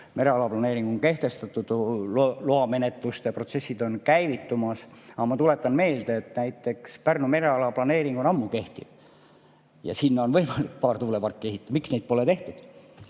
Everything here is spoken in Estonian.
Merealaplaneering on kehtestatud, loamenetluste protsessid on käivitumas. Aga ma tuletan meelde, et näiteks Pärnu mereala planeering kehtib juba ammu ja sinna on võimalik paar tuuleparki ehitada. Miks neid pole tehtud?